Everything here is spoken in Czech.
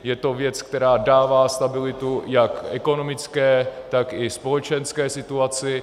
Je to věc, která dává stabilitu jak ekonomické, tak i společenské situaci.